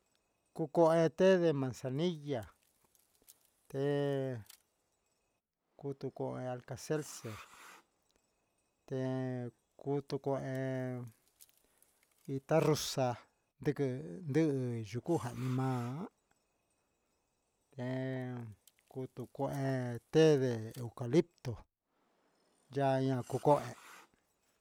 Kukoa té de mazanilla, té kutukua alcalzercer, teé kutuku'e itá nruxa'a tuku yuu yuku janima'a an en ku kua te nde eucalito yaña ku ko'é.